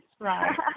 Right